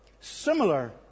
similar